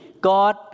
God